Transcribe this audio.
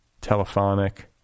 telephonic